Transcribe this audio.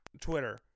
Twitter